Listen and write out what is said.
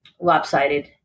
lopsided